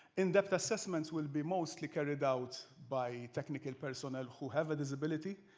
in-depth assessments will be mostly carried out by technical personnel who have a disability.